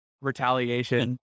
retaliation